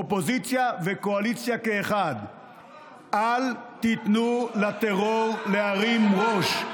אופוזיציה וקואליציה כאחד: אל תיתנו לטרור להרים ראש.